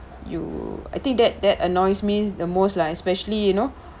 you I think that that annoys me the most lah especially you know